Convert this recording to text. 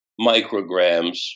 micrograms